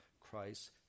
Christ